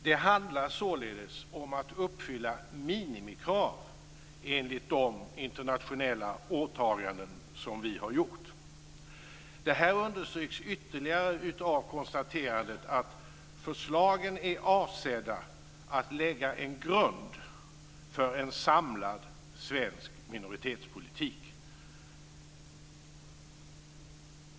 Det handlar således om att uppfylla minimikrav enligt de internationella åtaganden som vi har gjort. Det här understryks ytterligare av konstaterandet att förslagen är avsedda att lägga en grund för en samlad svensk minoritetspolitik.